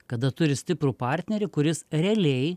kada turi stiprų partnerį kuris realiai